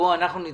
מכירה אישור